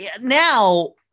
now